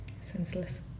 senseless